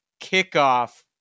kickoff